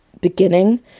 beginning